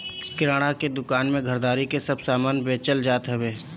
किराणा के दूकान में घरदारी के सब समान बेचल जात हवे